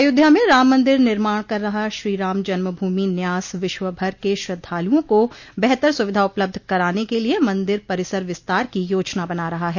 अयोध्या में राम मंदिर निर्माण कर रहा श्रीराम जन्मभूमि न्यास विश्व भर के श्रद्धालुओं का बेहतर सुविधा उपलब्ध कराने के लिए मंदिर परिसर विस्तार की योजना बना रहा है